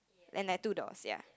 and like two doors ya